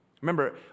Remember